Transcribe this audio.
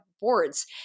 boards